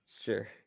sure